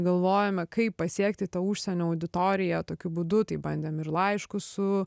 galvojome kaip pasiekti tą užsienio auditoriją tokiu būdu tai bandėm ir laišku su